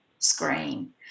screen